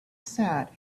sat